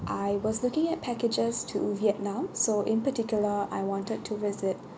I was looking at packages to vietnam so in particular I wanted to visit